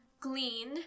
glean